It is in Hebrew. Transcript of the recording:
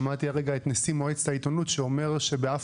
שמעתי הרגע את נשיא מועצת העיתונות שאומר שבאף